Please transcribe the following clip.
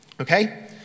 Okay